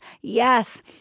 yes